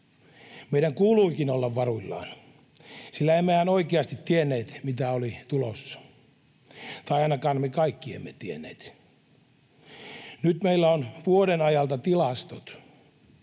Meidän kuuluikin olla varuillaan, sillä emmehän oikeasti tienneet, mitä oli tulossa. Tai ainakaan me kaikki emme tienneet. Nyt meillä on vuoden ajalta tilastot,